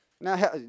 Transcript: Now